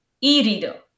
E-reader